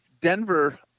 Denver